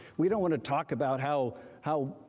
we don't want to talk about how how